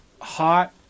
hot